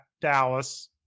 Dallas